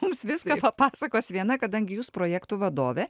mums viską papasakos viena kadangi jūs projektų vadovė